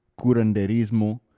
curanderismo